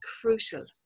crucial